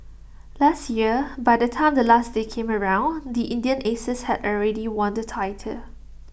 last year by the time the last day came around the Indian Aces had already won the title